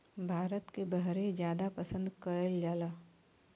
भारत के बहरे जादा पसंद कएल जाला